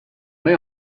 met